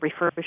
refurbish